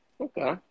okay